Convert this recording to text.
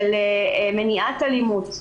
של מניעת אלימות.